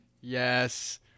Yes